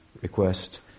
request